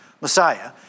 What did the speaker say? Messiah